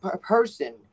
person